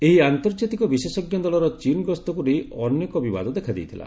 ଏହି ଆନ୍ତର୍ଜାତିକ ବିଶେଷଜ୍ଞ ଦଳର ଚୀନ୍ ଗସ୍ତକୁ ନେଇ ଅନେକ ବିବାଦ ଦେଖାଦେଇଥିଲା